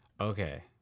okay